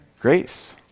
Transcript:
Grace